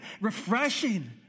refreshing